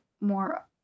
more